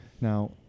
now